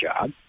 job